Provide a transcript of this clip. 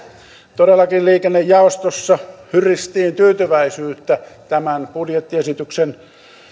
todellakin liikennejaostossa hyristiin tyytyväisyyttä tämän budjettiesityksen